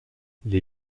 les